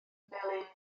melyn